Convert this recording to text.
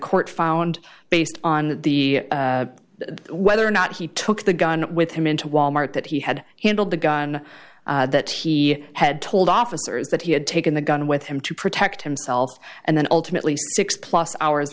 court found based on the whether or not he took the gun with him into wal mart that he had handled the gun that he had told officers that he had taken the gun with him to protect himself and then ultimately six plus hours